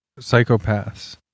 psychopaths